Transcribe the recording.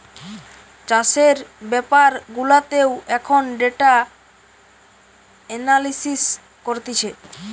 চাষের বেপার গুলাতেও এখন ডেটা এনালিসিস করতিছে